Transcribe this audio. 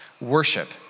worship